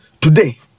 Today